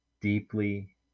deeply